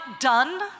done